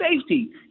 safety